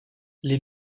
les